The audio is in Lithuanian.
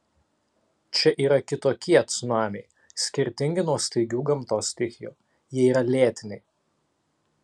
čia yra kitokie cunamiai skirtingi nuo staigių gamtos stichijų jie yra lėtiniai